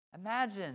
Imagine